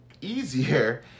easier